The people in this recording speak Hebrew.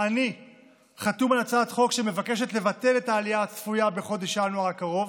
אני חתום על הצעת חוק שמבקשת לבטל את העלייה הצפויה בחודש ינואר הקרוב,